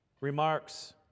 remarks